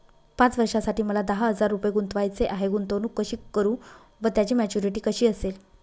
पाच वर्षांसाठी मला दहा हजार रुपये गुंतवायचे आहेत, गुंतवणूक कशी करु व त्याची मॅच्युरिटी कशी असेल?